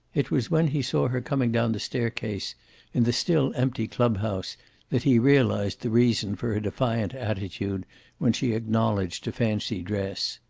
it was when he saw her coming down the staircase in the still empty clubhouse that he realized the reason for her defiant attitude when she acknowledged to fancy dress.